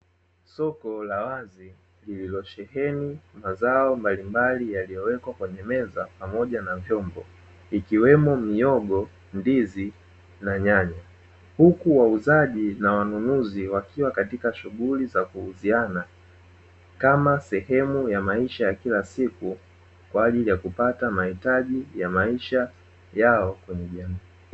Soko la wazi, lililosheheni mazao mbalimbali yaliyowekwa kwenye meza pamoja na vyombo, ikiwemo; mihogo, ndizi na nyanya. Huku wauzaji na wanunuzi wakiwa katika shughuli za kuuziana kama sehemu ya maisha ya kila siku kwa ajili ya kupata mahitaji ya maisha yao kwenye jamii.